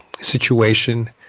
situation